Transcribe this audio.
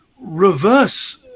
reverse